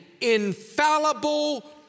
infallible